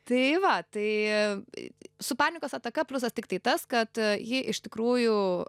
tai va tai su panikos ataka pliusas tiktai tas kad a ji iš tikrųjų